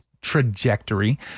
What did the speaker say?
trajectory